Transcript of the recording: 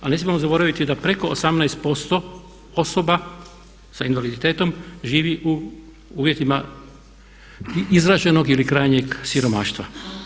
A ne smijemo zaboraviti da preko 18% osoba sa invaliditetom živi u uvjetima izraženog ili krajnjeg siromaštva.